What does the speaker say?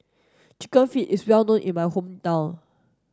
chicken feet is well known in my hometown